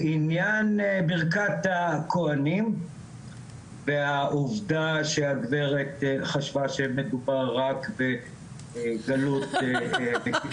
בעניין ברכת הכוהנים והעובדה שהגברת חשבה שמדובר רק בגלות תוניס.